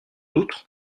outre